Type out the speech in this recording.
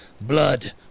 Blood